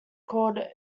called